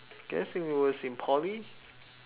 guess it was in poly